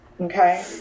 okay